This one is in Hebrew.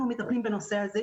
אנחנו מטפלים בנושא הזה.